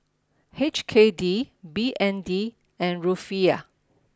H K D B N D and Rufiyaa